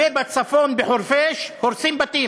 ובצפון, בחורפיש, הורסים בתים.